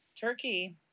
Turkey